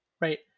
right